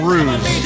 Ruse